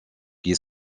qui